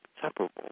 separable